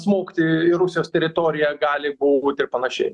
smogti į rusijos teritoriją gali būti ir panašiai